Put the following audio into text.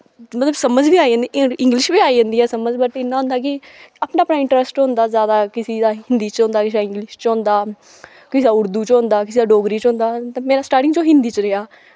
मतलब समझ बी आई जंदी इंग्लिश बी आई जंदी ऐ समझ बट इयां होंदा कि अपना अपना इंट्रस्ट होंदा ज्यादा किसी दा हिन्दी च होंदा किसी दा इंग्लिश च होंदा किसे दा उर्दू च होंदा किसे दा डोगरी च होंदा ते मेरा स्टार्टिंग च ओह् हिन्दी च रेहा